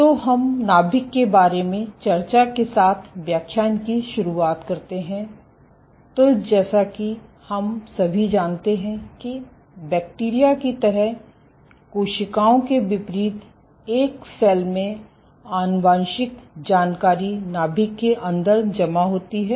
तो हम नाभिक के बारे में चर्चा के साथ व्याख्यान की शुरुआत करते हैं तो जैसा कि हम सभी जानते हैं कि बैक्टीरिया की तरह कोशिकाओं के विपरीत एक सेल में आनुवंशिक जानकारी नाभिक के अंदर जमा होती है